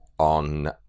on